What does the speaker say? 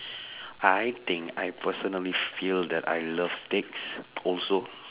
I think I personally feel that I love steaks also